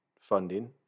funding